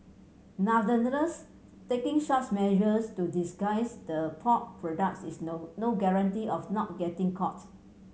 nonetheless taking such measures to disguise the pork products is no no guarantee of not getting caught